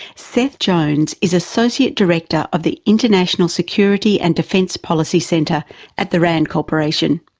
seth jones is associate director of the international security and defense policy center at the rand corporation.